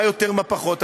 מה יותר מה פחות,